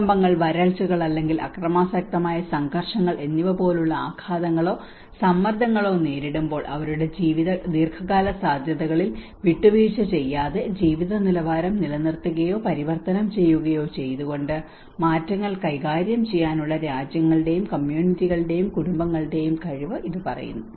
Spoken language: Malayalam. ഭൂകമ്പങ്ങൾ വരൾച്ചകൾ അല്ലെങ്കിൽ അക്രമാസക്തമായ സംഘർഷങ്ങൾ എന്നിവ പോലുള്ള ആഘാതങ്ങളോ സമ്മർദ്ദങ്ങളോ നേരിടുമ്പോൾ അവരുടെ ദീർഘകാല സാധ്യതകളിൽ വിട്ടുവീഴ്ച ചെയ്യാതെ ജീവിതനിലവാരം നിലനിർത്തുകയോ പരിവർത്തനം ചെയ്യുകയോ ചെയ്തുകൊണ്ട് മാറ്റങ്ങൾ കൈകാര്യം ചെയ്യാനുള്ള രാജ്യങ്ങളുടെയും കമ്മ്യൂണിറ്റികളുടെയും കുടുംബങ്ങളുടെയും കഴിവ് ഇത് പറയുന്നു